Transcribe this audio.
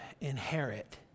inherit